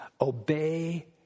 obey